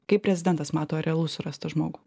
kaip prezidentas mato ar realu surast tą žmogų